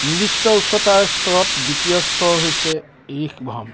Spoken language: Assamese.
নিৰ্দিষ্ট উচ্চতাৰ স্তৰত দ্বিতীয় স্তৰ হৈছে ঋষভম